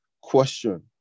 question